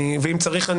ואם צריך,